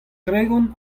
tregont